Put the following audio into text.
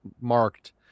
marked